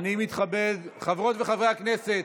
חברות וחברי הכנסת,